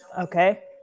Okay